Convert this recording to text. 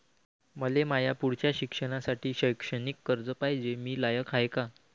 मले माया पुढच्या शिक्षणासाठी शैक्षणिक कर्ज पायजे, मी लायक हाय का?